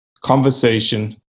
conversation